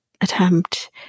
attempt